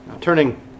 Turning